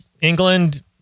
England